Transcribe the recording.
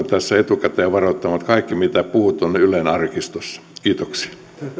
tässä etukäteen varoittamaan että kaikki mitä on puhuttu on ylen arkistossa kiitoksia